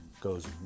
goes